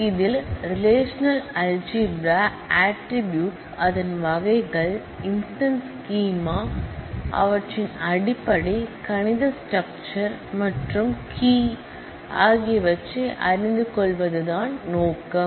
இதில்ரெலேஷனல்அல்ஜிப்ரா attributes அதன் வகைகள் instance schema வின் அடிப்படை கணித ஸ்ட்ரக்சர் மற்றும் கி ஆகியவற்றை அறிந்து கொள்வதுதான் நோக்கம்